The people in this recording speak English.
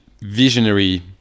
visionary